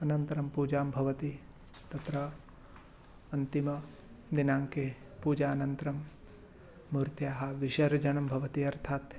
अनन्तरं पूजा भवति तत्र अन्तिमदिनाङ्के पूजानन्तरं मूर्त्याः विसर्जनं भवति अर्थात्